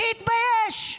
שיתבייש.